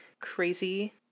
crazy